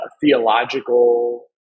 theological